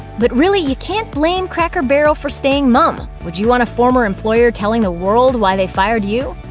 but really, you can't blame cracker barrel for staying mum. would you want a former employer telling the world why they fired you?